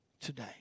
today